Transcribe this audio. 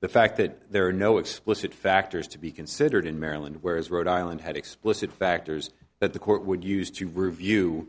the fact that there are no explicit factors to be considered in maryland whereas rhode island had explicit factors that the court would use to review